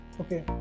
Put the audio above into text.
okay